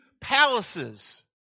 palaces